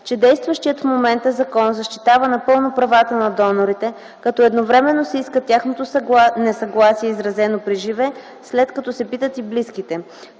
че действащият в момента закон защитава напълно правата на донорите, като едновременно се иска тяхното несъгласие, изразено приживе, след което се питат и близките.